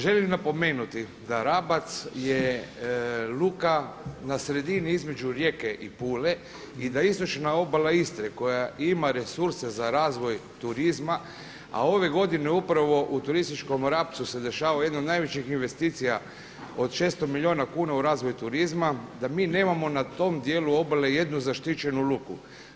Želim napomenuti da Rabac je luka na sredini između Rijeke i Pule i da istočna obala Istre koja ima resurse za razvoj turizma, a ove godine upravo u turističkom Rapcu se dešava jedna od najvećih investicija od 600 milijuna kuna u razvoj turizma, da mi nemamo na tom dijelu obale jednu zaštićenu luku.